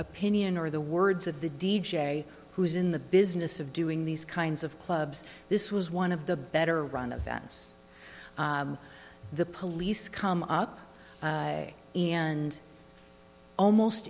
opinion or the words of the d j who's in the business of doing these kinds of clubs this was one of the better run offense the police come up and almost